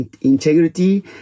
integrity